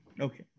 Okay